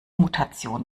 mutation